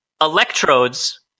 electrodes